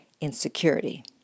insecurity